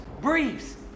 briefs